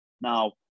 Now